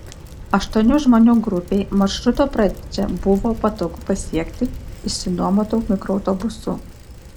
aštuonių žmonių grupei maršruto pradžią buvo patogu pasiekti išsinuomotu mikroautobusu